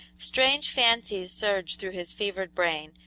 strange fancies surged through his fevered brain,